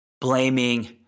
blaming